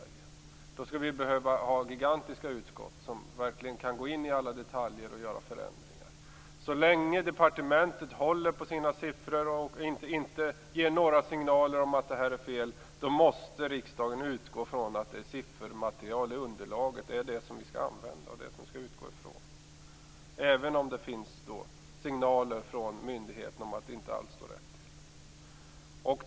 För att det skulle fungera skulle vi behöva ha gigantiska utskott, som verkligen kan gå in i alla detaljer och göra förändringar. Så länge departementet håller på sina siffror och inte ger några signaler om att det är fel måste riksdagen utgå från att siffermaterialet i underlaget är det som vi skall använda och utgå från, även om det kommer signaler från myndigheterna om att det inte alls står rätt till.